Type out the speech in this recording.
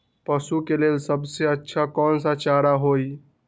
पशु के लेल सबसे अच्छा कौन सा चारा होई?